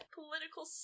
Political